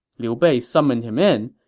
liu bei summoned him in,